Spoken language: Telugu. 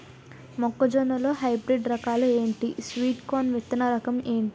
మొక్క జొన్న లో హైబ్రిడ్ రకాలు ఎంటి? స్వీట్ కార్న్ విత్తన రకం ఏంటి?